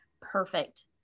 perfect